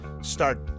start